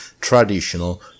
traditional